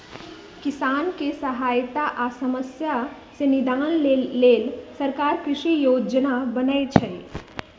किसानके सहायता आ समस्या से निदान लेल सरकार कृषि योजना बनय छइ